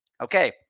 Okay